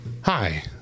Hi